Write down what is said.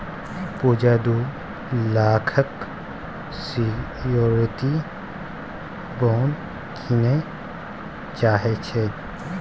पुजा दु लाखक security bond कीनय चाहै छै